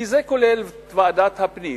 כי זה כולל את ועדת הפנים,